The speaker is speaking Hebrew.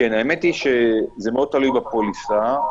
זה מאוד תלוי בפוליסה.